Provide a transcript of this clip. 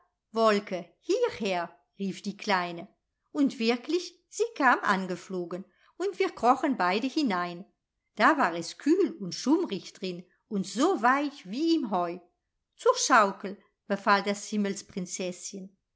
wolke hierher rief die kleine und wirklich sie kam angeflogen und wir krochen beide hinein da war es kühl und schummrig drin und so weich wie im heu zur schaukel befahl das